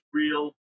real